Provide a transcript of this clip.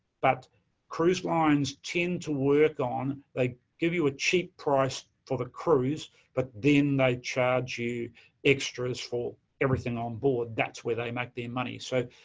but cruise lines tend to work on, they give you a cheap price for the cruise but then they charge you extras for everything on board. that's where they make their money. so,